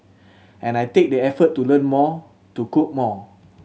and I take the effort to learn more to cook more